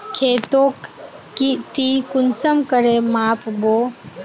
खेतोक ती कुंसम करे माप बो?